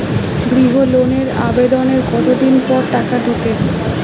গৃহ লোনের আবেদনের কতদিন পর টাকা ঢোকে?